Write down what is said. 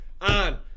on